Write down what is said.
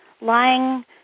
lying